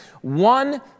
One